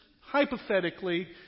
hypothetically